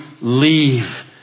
leave